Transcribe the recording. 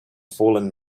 fallen